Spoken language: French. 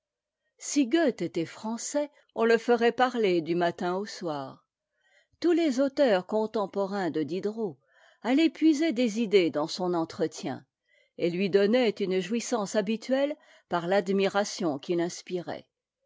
goethe était français on le ferait parler du matin au soir tous les auteurs contemporains de diderot allaient puiser des idées dans son entretien et lui donnaient une jouissance habituelle par l'admiration qu'il inspirait